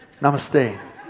namaste